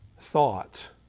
thought